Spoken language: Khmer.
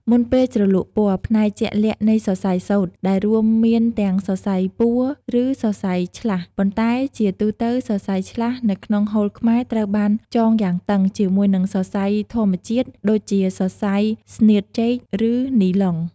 មុនពេលជ្រលក់ពណ៌ ផ្នែកជាក់លាក់នៃសរសៃសូត្រ ដែលរួមមានទាំងសរសៃពួរ ឬសរសៃឆ្លាស់ ប៉ុន្តែជាទូទៅសរសៃឆ្លាស់នៅក្នុងហូលខ្មែរ ត្រូវបាន ចងយ៉ាងតឹង ជាមួយនឹងសរសៃធម្មជាតិដូចជាសរសៃស្នៀតចេក ឬនីឡុង។